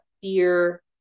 fear